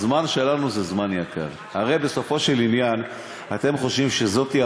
הזמן שלנו זה זמן יקר.